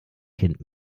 kind